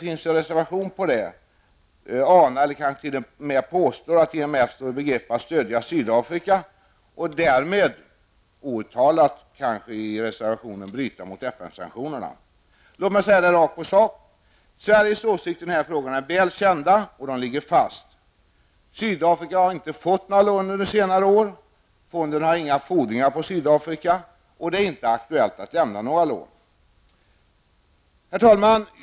Vänsterpartiet anar -- eller kanske t.o.m. påstår -- att IMF står i begrepp att stödja Sydafrika och därmed, outtalat, kanske bryta mot FN-sanktionerna. Bengt Hurtig tog i sitt anförande inte upp detta, men det finns ju en reservation i frågan. Låt mig säga rakt på sak: Sveriges åsikter i denna fråga är väl kända, och de ligger fast. Sydafrika har inte fått några lån under senare år, och fonden har inga fordringar på Sydafrika. Det är heller inte aktuellt att lämna några lån. Herr talman!